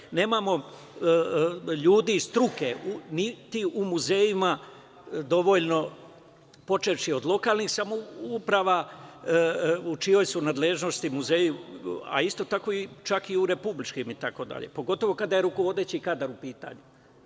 Dakle, nemamo ljude iz struke, niti u muzejima dovoljno, počevši od lokalnih samouprava, u čijoj su nadležnosti muzeji, a isto tako i čak u republičkim itd, pogotovo kada je rukovodeći kadar u pitanju.